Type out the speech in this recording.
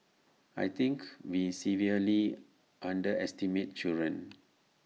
I think we severely underestimate children